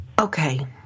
Okay